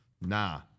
Nah